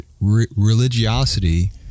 religiosity